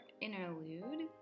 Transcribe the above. interlude